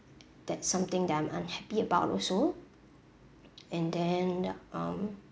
that's something that I'm unhappy about also and then um